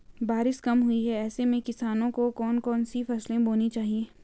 बारिश कम हुई है ऐसे में किसानों को कौन कौन सी फसलें बोनी चाहिए?